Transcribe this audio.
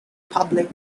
public